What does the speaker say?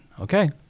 okay